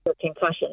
concussion